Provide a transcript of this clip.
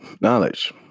knowledge